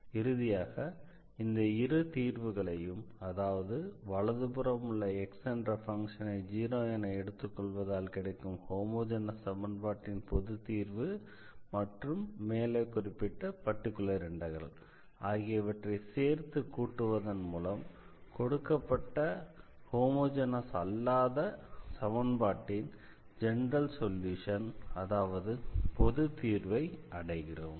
இறுதியாக இந்த இரு தீர்வுகளையும் அதாவது வலதுபுறம் உள்ள X என்ற ஃபங்ஷனை 0 என எடுத்துக்கொள்வதால் கிடைக்கும் ஹோமோஜெனஸ் சமன்பாட்டின் பொதுத்தீர்வு மற்றும் மேலே குறிப்பிட்ட பர்டிகுலர் இண்டெக்ரல் ஆகியவற்றை சேர்த்து கூட்டுவதன் மூலம் கொடுக்கப்பட்ட ஹோமோஜெனஸ் அல்லாத சமன்பாட்டின் ஜெனரல் சொல்யூஷன் அதாவது பொதுத் தீர்வை அடைகிறோம்